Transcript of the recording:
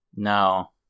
No